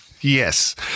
Yes